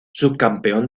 subcampeón